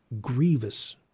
grievous